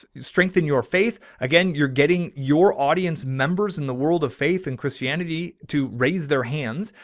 strengthen your faith. again, you're getting your audience members in the world of faith and christianity to raise their hands.